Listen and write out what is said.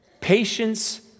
patience